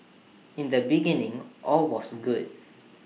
in the beginning all was good